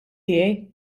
tiegħi